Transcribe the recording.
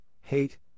hate